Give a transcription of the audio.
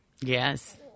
Yes